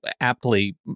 aptly